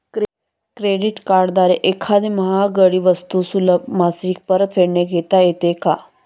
Credit कार्डद्वारे एखादी महागडी वस्तू सुलभ मासिक परतफेडने घेता येते का?